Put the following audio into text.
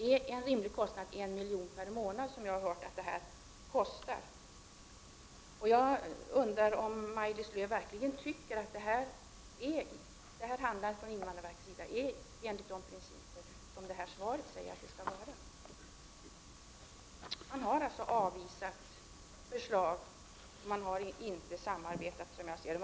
Men är 1 milj.kr. per månad, som jag har hört att detta kostar, en rimlig kostnad? Anser verkligen Maj Lis Lööw att invandrarverkets handlande har skett enligt de principer som enligt svaret skall tillämpas? Invandrarverket har avvisat förslag och har, som jag ser det, inte samarbetat.